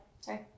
sorry